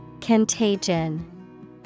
Contagion